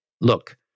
look